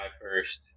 first